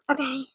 Okay